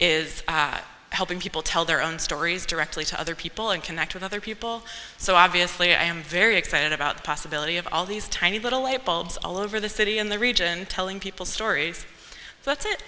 is helping people tell their own stories directly to other people and connect with other people so obviously i am very excited about the possibility of all these tiny little light bulbs all over the city in the region telling people stories that's it